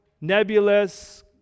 nebulous